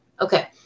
Okay